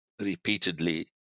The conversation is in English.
repeatedly